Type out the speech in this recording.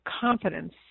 confidence